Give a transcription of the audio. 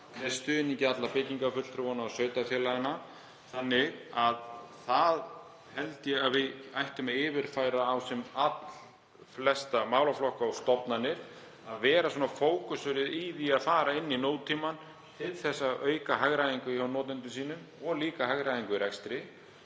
stuðningi allra byggingarfulltrúanna og sveitarfélaganna. Það held ég að við ættum að yfirfæra á sem flesta málaflokka og stofnanir, að vera svona fókuseruð í að fara inn í nútímann til að auka hagræðingu hjá notendum og líka hagræðingu í rekstri.